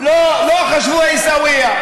לא, לא חשבו על עיסאוויה.